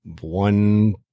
one